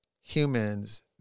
humans